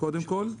קודם כל,